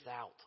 out